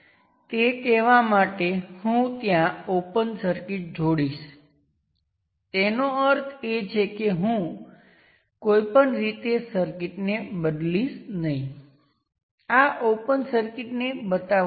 અને છેલ્લે આ માટે આપણે જે પણ મેળવીશું તેના માટે સમાન VL ના મૂલ્યથી ઇન્ડિપેન્ડન્ટ રહેશે